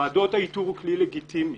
ועדות האיתור הן כלי לגיטימי,